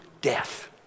death